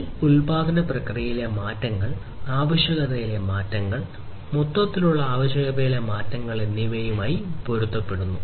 ഈ ഉൽപാദന പ്രക്രിയകളിലെ മാറ്റങ്ങൾ നിയമപരമായ ആവശ്യകതകളിലെ മാറ്റങ്ങൾ മൊത്തത്തിലുള്ള ആവശ്യകതകളിലെ മാറ്റങ്ങൾ എന്നിവയുമായി പൊരുത്തപ്പെടുന്നു